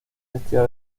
vestida